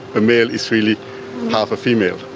a male is really half a female.